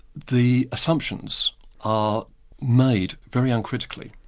the assumptions are made very uncritically,